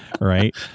Right